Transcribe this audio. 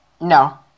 No